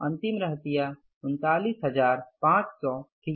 अंतिम रहतिया 39500 थी